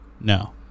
No